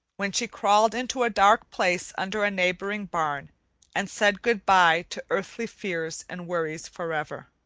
when she crawled into a dark place under a neighboring barn and said good-by to earthly fears and worries forever.